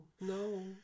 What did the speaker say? no